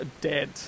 dead